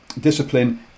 discipline